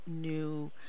new